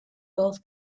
golf